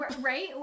Right